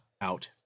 out